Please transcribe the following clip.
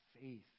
faith